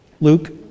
Luke